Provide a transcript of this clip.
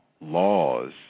laws